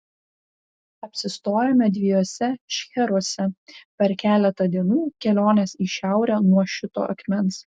apsistojome dviejuose šcheruose per keletą dienų kelionės į šiaurę nuo šito akmens